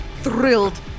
Thrilled